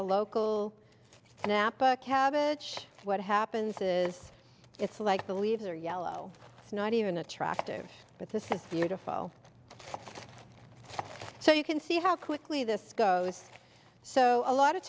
a local napa cabbage what happens is it's like the leaves are yellow it's not even attractive but this is beautiful so you can see how quickly this goes so a lot of